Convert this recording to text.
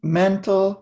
mental